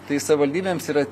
tai savivaldybėms yra